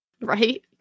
Right